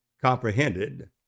Comprehended